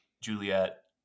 Juliet